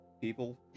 people